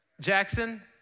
Jackson